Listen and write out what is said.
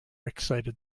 excited